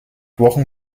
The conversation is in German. wochen